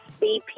bp